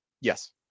Yes